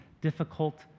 difficult